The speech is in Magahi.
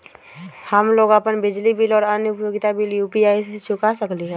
हम लोग अपन बिजली बिल और अन्य उपयोगिता बिल यू.पी.आई से चुका सकिली ह